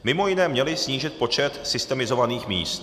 Mimo jiné měly snížit počet systemizovaných míst.